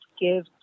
give